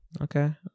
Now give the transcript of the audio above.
okay